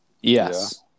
Yes